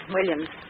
Williams